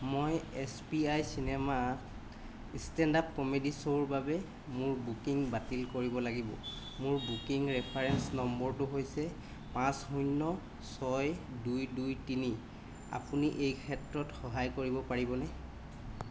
মই S P I cinema stand up comedy শ্ব'ৰ বাবে মোৰ বুকিং বাতিল কৰিব লাগিব মোৰ বুকিং ৰেফাৰেন্স নম্বৰটো হৈছে পাঁচ শূণ্য ছয় দুই দুই তিনি আপুনি এই ক্ষেত্ৰত সহায় কৰিব পাৰিবনে